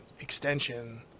extension